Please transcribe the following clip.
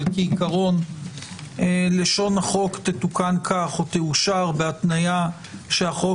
אבל כעיקרון לשון החוק תתוקן או תאושר בהתניה שהחוק